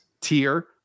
tier